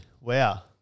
Wow